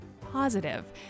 positive